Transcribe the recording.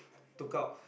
took out